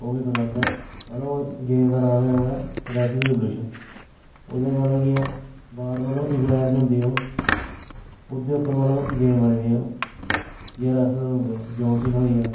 ओह् मी पसंद ऐ ओह् मतलब गेम दा नांऽ ओह् ऐ रैसलिंग रवुलुशन ओह्दे च मतलब जियां वार मतलब इंग्लैंड च होंदी ओह् ओह्दे उप्पर मतलब गेम बनी दी ओह् जियां रैसलर होंदे जान सीना होई गेआ